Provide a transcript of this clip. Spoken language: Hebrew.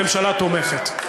הממשלה תומכת.